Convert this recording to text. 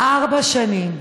ארבע שנים,